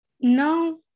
no